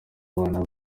abana